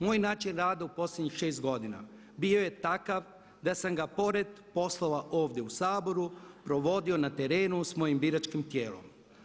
Moj način rada u posljednjih šest godina bio je takav da sam ga pored poslova ovdje u Saboru provodio na terenu sa mojim biračkim tijelom.